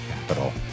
Capital